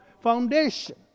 foundation